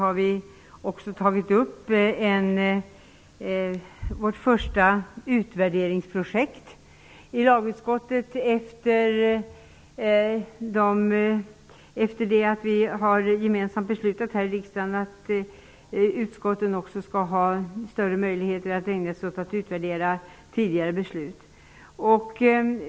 Vi har också tagit upp vårt första utvärderingsprojekt efter det att riksdagen enhälligt beslutade att utskotten skall ha större möjligheter att ägna sig åt att utvärdera tidigare beslut.